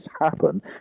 happen